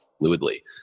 fluidly